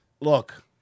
Look